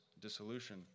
dissolution